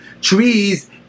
trees